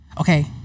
okay